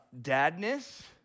dadness